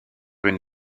une